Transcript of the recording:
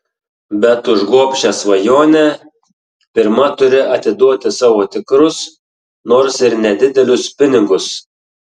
bet už gobšią svajonę pirma turi atiduoti savo tikrus nors ir nedidelius pinigus